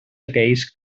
aquells